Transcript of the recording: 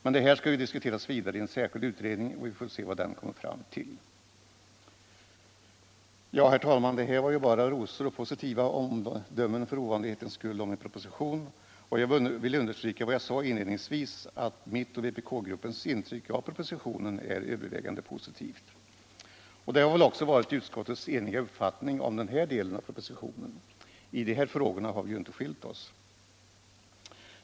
Men det här skall ju diskuteras vidare i en särskild utredning och vi får väl se vad denna kommer fram till. Ja, herr talman, det här var ju bara rosor och för ovanlighetens skull uteslutande positiva omdömen om en proposition. Jag vill understryka vad jag sade inledningsvis att mitt och vpk-gruppens intryck av propositionen är övervägande positivt. Det har väl också varit utskottets eniga uppfattning om den här delen av propositionen. I de här frågorna har vi inte skilt oss.